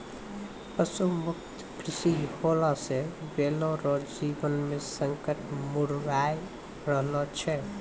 पशु मुक्त कृषि होला से बैलो रो जीवन मे संकट मड़राय रहलो छै